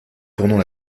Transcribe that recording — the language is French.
tournant